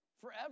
forever